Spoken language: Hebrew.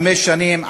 חמש שנים,